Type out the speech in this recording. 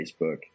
Facebook